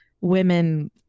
women